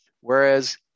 Whereas